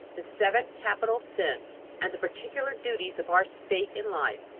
the seven capital sins, and the particular duties of our state in life,